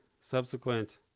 subsequent